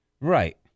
Right